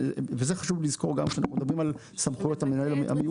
וחשוב לזכור את זה כשאנחנו מדברים על סמכויות המנהל המיוחד.